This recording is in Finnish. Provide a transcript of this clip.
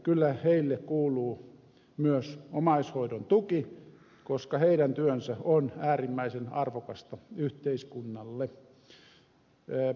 kyllä heille kuuluu myös omaishoidon tuki koska heidän työnsä on äärimmäisen arvokasta yhteiskunnalle